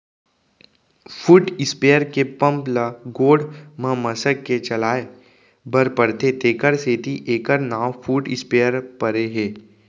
foot sprayer के pump ल गोड़ म मसक के चलाए बर परथे तेकर सेती एकर नांव फुट स्पेयर परे हे